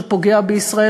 שפוגע בישראל,